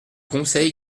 conseil